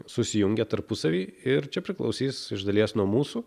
susijungia tarpusavy ir čia priklausys iš dalies nuo mūsų